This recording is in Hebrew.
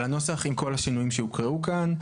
להצביע על הנוסח עם כל השינויים שהוקראו כאן: